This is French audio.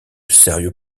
sérieux